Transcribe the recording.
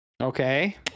Okay